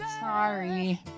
Sorry